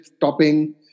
topping